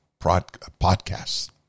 podcasts